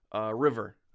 River